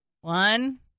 One